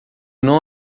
não